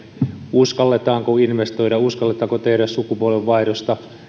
uskalletaanko investoida uskalletaanko tehdä sukupolvenvaihdosta